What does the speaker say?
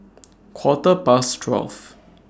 Quarter Past twelve